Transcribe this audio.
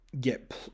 get